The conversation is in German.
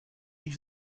die